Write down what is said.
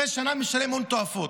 אחרי שנה הוא משלם הון תועפות,